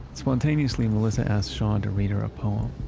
spontaneously, melissa asked sean to read her a poem.